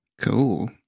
Cool